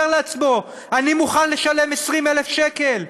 אומר לעצמו: אני מוכן לשלם 20,000 שקל,